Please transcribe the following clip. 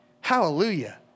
Hallelujah